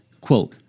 Quote